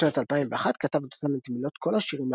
בשנת 2001 כתב דותן את מילות כל השירים